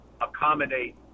accommodate